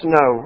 no